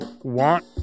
want